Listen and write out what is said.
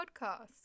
podcast